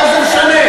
מה זה משנה?